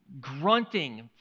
grunting